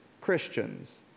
Christians